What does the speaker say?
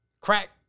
crack